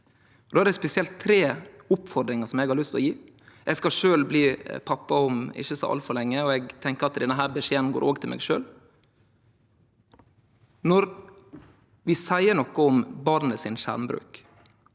Då er det spesielt tre oppfordringar eg har lyst til å gje. Eg skal sjølv bli pappa om ikkje så altfor lenge, og eg tenkjer at denne beskjeden òg går til meg sjølv: Når vi seier noko om skjermbruken